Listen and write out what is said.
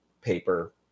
paper